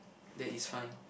then it's fine